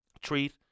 treat